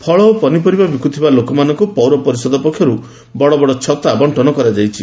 ଫଳ ଓ ପନିପରିବା ବିକୁଥିବା ଲୋକମାନଙ୍କୁ ପୌର ପରିଷଦ ପକ୍ଷରୁ ବଡ଼ ବଡ଼ ଛତା ବଣ୍କନ କରାଯାଇଛି